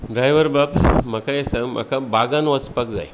ड्रायव्हरबाब म्हाका एक सांग म्हाका बागांत वचपाक जाय